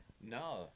No